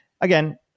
Again